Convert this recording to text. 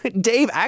Dave